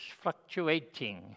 fluctuating